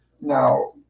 Now